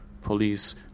police